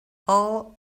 all